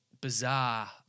bizarre